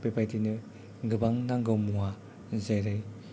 बेबायदिनो गोबां नांगौ मुवा जेरै